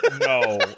No